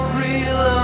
real